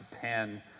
pen